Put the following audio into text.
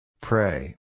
Pray